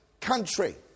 country